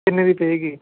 ਕਿੰਨੇ ਦੀ ਪਵੇਗੀ